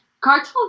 Cartel